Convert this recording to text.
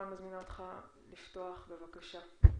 מזמינה אותך לפתוח, בבקשה.